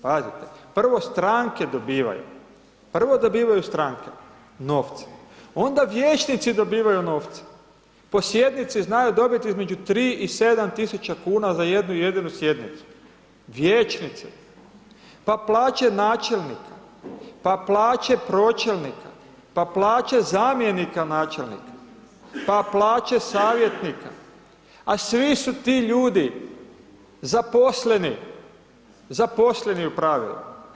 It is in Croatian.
Pazite, prvo stranke dobivaju, prvo dobivaju stranke novce, onda vijećnici dobivaju novce, po sjednici znaju dobiti između 3000 i 7000 kuna za jednu jedinu sjednicu, vijećnici, pa plaće načelnika, pa plaće pročelnika, pa plaće zamjenika načelnika, pa plaće savjetnika, a svi su ti ljudi zaposleni, zaposleni u pravilu.